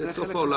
זה סוף העולם.